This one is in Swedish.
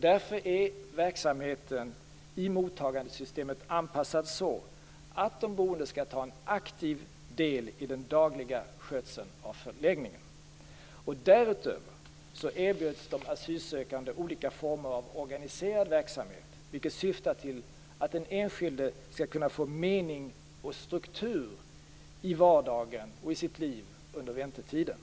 Därför är verksamheten i mottagandesystemet anpassad så att de boende aktivt skall ta del i den dagliga skötseln av förläggningen. Därutöver erbjuds de asylsökande olika former av organiserad verksamhet. Detta syftar till att den enskilde skall kunna få en mening och struktur i vardagen och i sitt liv under väntetiden.